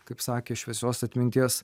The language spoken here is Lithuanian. kaip sakė šviesios atminties